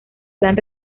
plan